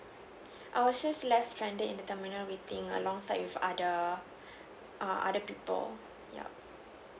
I was just left stranded in the terminal waiting alongside with other err other people yup